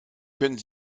können